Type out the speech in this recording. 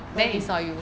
what you mean